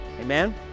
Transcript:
Amen